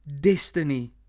destiny